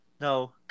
No